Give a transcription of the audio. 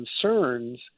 concerns